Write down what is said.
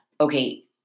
Okay